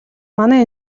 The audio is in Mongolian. манай